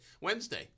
Wednesday